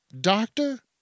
Doctor